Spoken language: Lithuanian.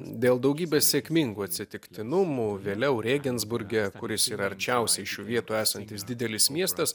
dėl daugybės sėkmingų atsitiktinumų vėliau rėgensburge kuris yra arčiausiai šių vietų esantis didelis miestas